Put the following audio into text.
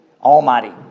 almighty